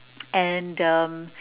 and the